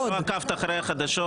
מיכל, כנראה שלא עקבת אחרי החדשות.